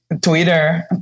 Twitter